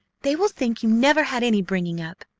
they will think you never had any bringing up!